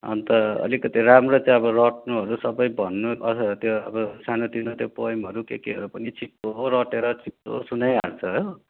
अन्त अलिकति राम्रो चाहिँ अब रट्नुहरू सबै भन्नु अब त्यो सानोतिनो पोएमहरू के केहरू पिन छिटो रटेर छिटो सुनाइहाल्छ हो